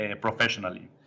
professionally